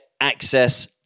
access